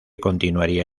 continuaría